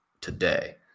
today